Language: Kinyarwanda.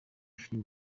filime